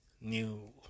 New